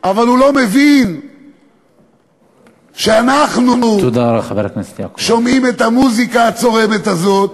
אבל הוא לא מבין שאנחנו שומעים את המוזיקה הצורמת הזו.